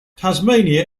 tasmania